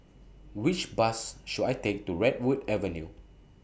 Which Bus should I Take to Redwood Avenue